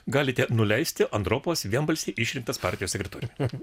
galite nuleisti andropovas vienbalsiai išrinktas partijos sekretoriumi